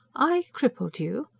i crippled you?